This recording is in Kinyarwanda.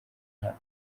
hano